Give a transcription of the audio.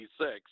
1986